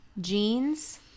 Jeans